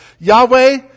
Yahweh